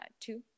two